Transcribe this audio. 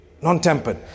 Non-tempered